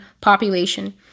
population